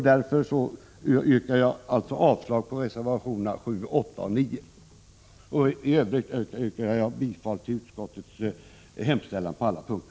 Därför yrkar jag avslag på reservationerna 7, 8 och 9. I övrigt, herr talman, yrkar jag bifall till utskottets hemställan på alla punkter.